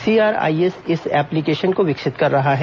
CRIS इस application को विकसित कर रहा है